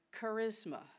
charisma